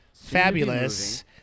fabulous